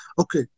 Okay